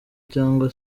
cyangwa